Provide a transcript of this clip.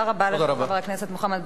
תודה רבה לחבר הכנסת מוחמד ברכה.